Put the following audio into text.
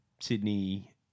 Sydney